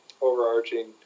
overarching